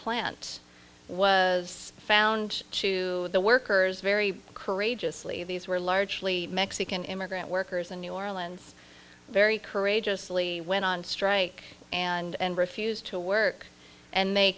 plant was found to the workers very courageously these were largely mexican immigrant workers in new orleans very courageously went on strike and refused to work and they